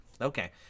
Okay